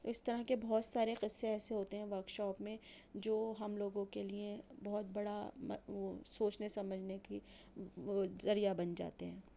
اِس طرح کے بہت سارے قصے ایسے ہوتے ہیں ورک شاپ میں جو ہم لوگوں کے لئے بہت بڑا مت وہ سوچنے سمجھنے کی وہ ذریعہ بن جاتے ہیں